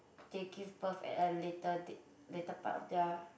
they give birth at a later date later part of their